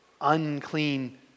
unclean